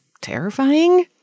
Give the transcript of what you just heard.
terrifying